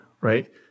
right